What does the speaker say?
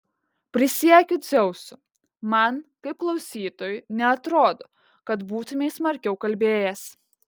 prisiekiu dzeusu man kaip klausytojui neatrodo kad būtumei smarkiau kalbėjęs